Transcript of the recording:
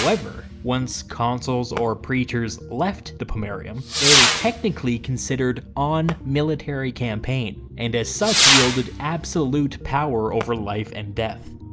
however, once consuls or praetors left the pomerium, they were technically considered on military campaign, and as such wielded absolute power over life and death.